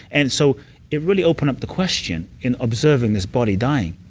and so it really opened up the question in observing this body dying,